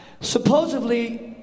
Supposedly